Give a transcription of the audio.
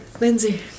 Lindsay